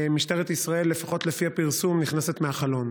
משטרת ישראל, לפחות לפי הפרסום, נכנסת מהחלון